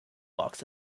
blocks